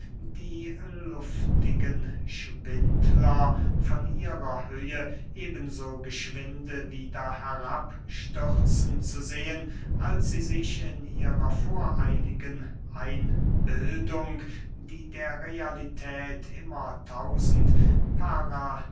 die luftigen schwindler von ihrer höhe eben so geschwind wieder herabstürzen zu sehen als sie sich in ihrer voreiligen einbildung die der realität immer tausend